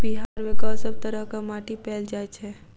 बिहार मे कऽ सब तरहक माटि पैल जाय छै?